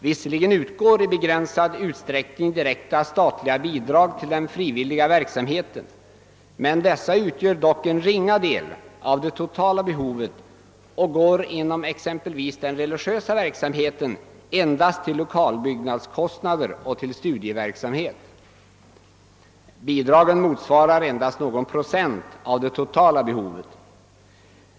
Visserligen utgår i begränsad utsträckning direkta statliga bidrag till den frivilliga verksamheten, men dessa utgör en ringa del av det totala behovet och går inom den religiösa verksamheten endast till lokalbyggnadskostnader och till studieverksamhet. Bidragen motsvarar endast någon procent av det totala behovet.